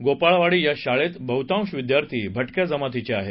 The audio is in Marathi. गोपाळवाडी या शाळेत बहुतांश विद्यार्थी भटक्या जमातीचे आहेत